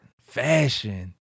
fashion